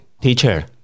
Teacher